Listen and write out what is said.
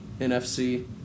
NFC